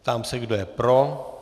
Ptám se, kdo je pro.